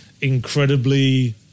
incredibly